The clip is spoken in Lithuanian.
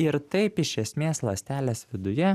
ir taip iš esmės ląstelės viduje